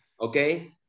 okay